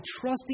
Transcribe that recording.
trusting